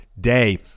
Day